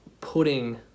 putting